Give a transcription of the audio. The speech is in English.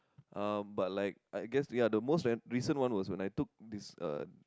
um but like I guess ya the most ran~ recent one was when I took this uh